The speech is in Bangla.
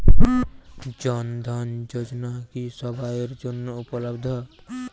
জন ধন যোজনা কি সবায়ের জন্য উপলব্ধ?